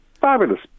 fabulous